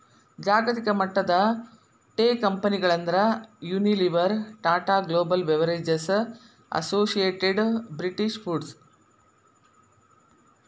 ಜಾಗತಿಕಮಟ್ಟದ ಟೇಕಂಪೆನಿಗಳಂದ್ರ Unilever, Tata Global Beverages, Associated British foods